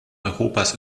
europas